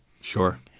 Sure